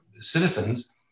citizens